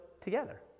together